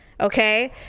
Okay